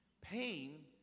Pain